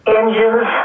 engines